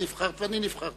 את נבחרת ואני נבחרתי,